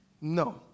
No